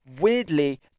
weirdly